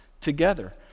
together